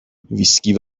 ویسکی